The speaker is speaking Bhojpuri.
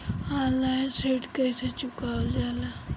ऑनलाइन ऋण कईसे चुकावल जाला?